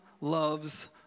loves